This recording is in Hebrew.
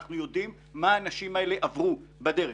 אנחנו יודעים מה האנשים האלה עברו בדרך.